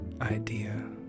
idea